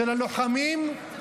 של הלוחמים,